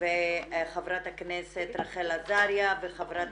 חברת הכנסת רחל עזריה וחברת